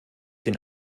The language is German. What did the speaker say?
den